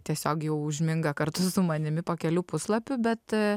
tiesiog jau užminga kartu su manimi po kelių puslapių bet